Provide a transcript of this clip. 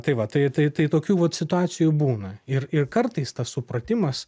tai va tai tai tai tokių vat situacijų būna ir ir kartais tas supratimas